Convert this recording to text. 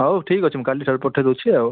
ହଉ ଠିକ୍ ଅଛି ମୁଁ କାଲିଠାରୁ ପଠେଇ ଦେଉଛି ଆଉ